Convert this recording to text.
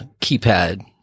keypad